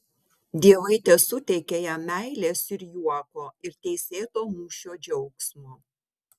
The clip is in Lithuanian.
dievai tesuteikia jam meilės ir juoko ir teisėto mūšio džiaugsmo